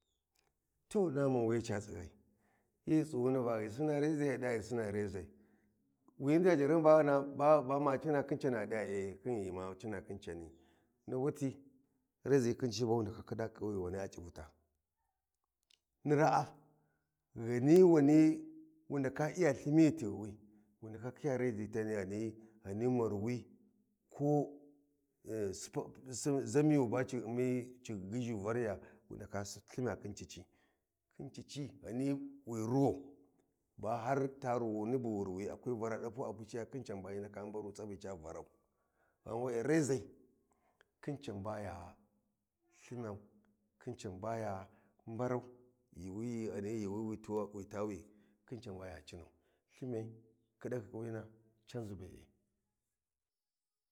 To na mun wiyi ca tsighai, hyi tsughu ni va ghi sina rezai ghi di ya ghi sina regai wi jarhyum ba ba ma cina khin cani ni wuti rezi khin cici ba wu ndaka khida fuwuyu a Civita. Ni raa Ghani wani wu ndaka iya lthimi ghi tighuwi wu ndaka khiya rezi tani Ghani marwi ko sipak zamiyu ba ci ummi ci ghizghu variya wu ndaka lhimya khin khin cici Ghani wi ruwau ba har ta ruwuni bu wu ruwi a kwi vara dapuwa a puciya khin can ba hyi ndaka baru tsabhi ca varau, ghan we’e rezai khin can bay a lthimyau khin can baya barau yurwi Ghani yuuwi wi ta wi khin can baya cinau lthimyai, khidakhi kuwina canzi be’e.